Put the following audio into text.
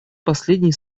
последние